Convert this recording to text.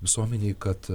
visuomenėj kad